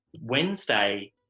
wednesday